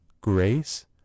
grace